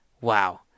Wow